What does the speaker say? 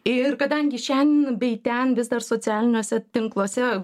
ir kadangi šen bei ten vis dar socialiniuose tinkluose